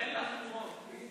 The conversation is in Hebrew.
(החרגת ביטוח רפואי מעיקול בידי צד שלישי),